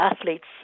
athletes